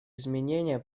изменения